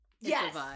yes